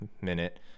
minute